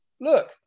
look